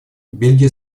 бельгия